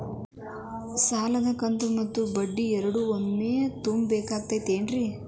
ಸಾಲದ ಕಂತು ಮತ್ತ ಬಡ್ಡಿ ಎರಡು ಕೂಡ ಒಮ್ಮೆ ತುಂಬ ಬೇಕಾಗ್ ತೈತೇನ್ರಿ?